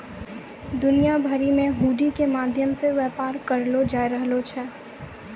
दुनिया भरि मे हुंडी के माध्यम से व्यापार करलो जाय रहलो छै